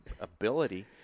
ability